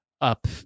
up